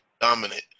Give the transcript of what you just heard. dominant